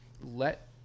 let